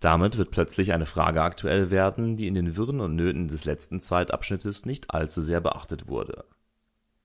damit wird plötzlich eine frage aktuell werden die in den wirren und nöten des letzten zeitabschnittes nicht allzu sehr beachtet wurde